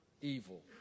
evil